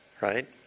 Right